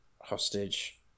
hostage